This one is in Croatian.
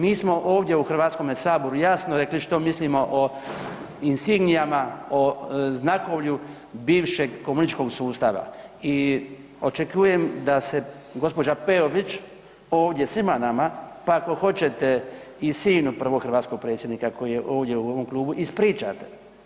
Mi smo ovdje u HS jasno rekli što mislimo o insignijama, o znakovlju bivšeg komunističkog sustava i očekujem da se gđa. Peović ovdje svima nama, pa ako hoćete i sinu prvog hrvatskog predsjednika koji je ovdje u ovom klubu, ispričate.